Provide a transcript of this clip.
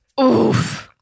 oof